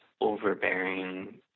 overbearing